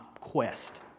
quest